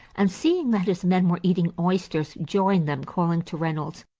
and, seeing that his men were eating oysters, joined them, calling to reynolds,